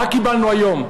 מה קיבלנו היום?